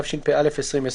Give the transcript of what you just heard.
התשפ"א-2020.